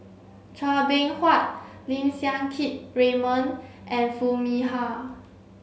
Chua Beng Huat Lim Siang Keat Raymond and Foo Mee Har